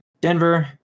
Denver